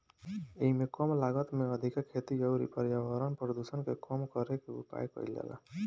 एइमे कम लागत में अधिका खेती अउरी पर्यावरण प्रदुषण के कम करे के उपाय कईल जाला